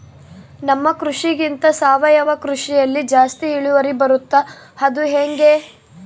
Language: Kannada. ನಮ್ಮ ಕೃಷಿಗಿಂತ ಸಾವಯವ ಕೃಷಿಯಲ್ಲಿ ಜಾಸ್ತಿ ಇಳುವರಿ ಬರುತ್ತಾ ಅದು ಹೆಂಗೆ?